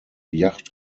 yacht